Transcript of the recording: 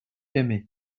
aimé